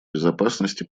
безопасности